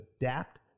adapt